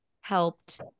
helped